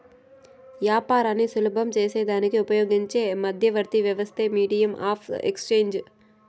యాపారాన్ని సులభం సేసేదానికి ఉపయోగించే మధ్యవర్తి వ్యవస్థే మీడియం ఆఫ్ ఎక్స్చేంజ్